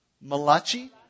Malachi